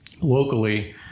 locally